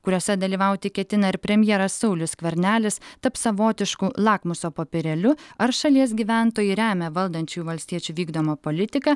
kuriuose dalyvauti ketina ir premjeras saulius skvernelis taps savotišku lakmuso popierėliu ar šalies gyventojai remia valdančiųjų valstiečių vykdomą politiką